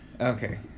Okay